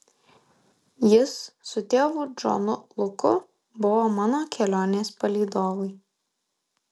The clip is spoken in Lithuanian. jis su tėvu džonu luku buvo mano kelionės palydovai